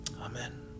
Amen